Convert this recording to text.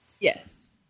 Yes